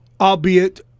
albeit